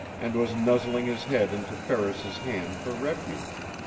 and was nuzzling his head into ferris's hand for refuge.